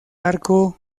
arco